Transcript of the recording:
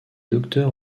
docteur